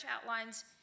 outlines